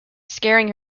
scaring